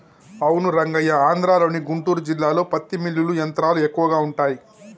అవును రంగయ్య ఆంధ్రలోని గుంటూరు జిల్లాలో పత్తి మిల్లులు యంత్రాలు ఎక్కువగా ఉంటాయి